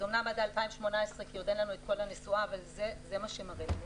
זה אומנם עד 2018 כי עוד אין לנו את כל הנסועה אבל זה מה שזה מראה.